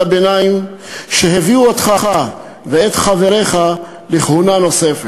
הביניים שהביא אותך ואת חבריך לכהונה נוספת,